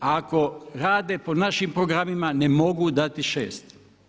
Ako rade po našim programima ne mogu dati šest.